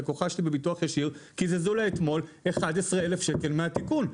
ללקוחה שלי בביטוח ישיר קיזזו אתמול 11,000 שקל מהתיקון.